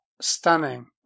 stunning